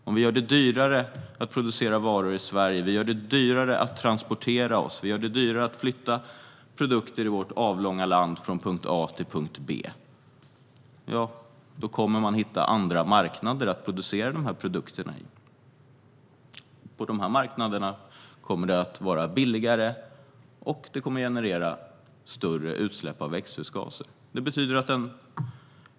Om vi gör det dyrare att producera varor i Sverige, dyrare att transportera oss och dyrare att flytta produkter i vårt avlånga land från punkt A till punkt B - då kommer man att hitta andra marknader för att producera dessa produkter. På dessa marknader kommer det att vara billigare, och produktionen kommer att generera större utsläpp av växthusgaser.